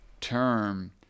term